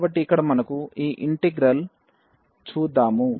కాబట్టి ఇక్కడ మనము ఈ ఇంటిగ్రల్ చూద్దాము